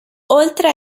oltre